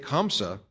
Kamsa